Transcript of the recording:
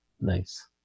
Nice